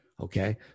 okay